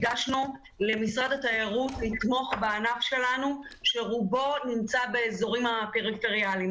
ביקשנו ממשרד התיירות לתמוך בענף שלנו שרובו נמצא באזורים הפריפריאליים.